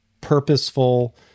purposeful